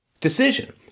decision